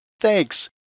Thanks